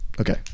Okay